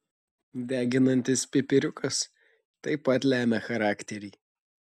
deginantis pipiriukas taip pat lemia charakterį